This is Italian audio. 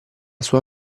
sua